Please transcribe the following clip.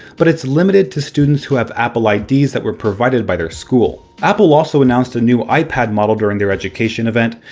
but it's limited to students who have apple ids that were provided by their school. apple also announced a new ipad model during their education event.